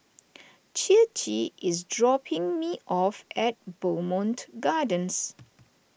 Ciji is dropping me off at Bowmont Gardens